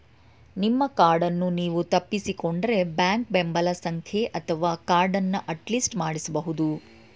ನಿಮ್ಮ ಕಾರ್ಡನ್ನು ನೀವು ತಪ್ಪಿಸಿಕೊಂಡ್ರೆ ಬ್ಯಾಂಕ್ ಬೆಂಬಲ ಸಂಖ್ಯೆ ಅಥವಾ ಕಾರ್ಡನ್ನ ಅಟ್ಲಿಸ್ಟ್ ಮಾಡಿಸಬಹುದು